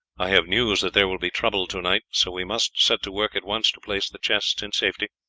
i have news that there will be trouble to-night, so we must set to work at once to place the chests in safety.